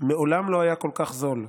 מעולם לא היה כל כך זול,